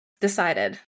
decided